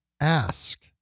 ask